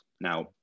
now